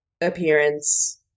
appearance